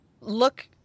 look